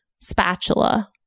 spatula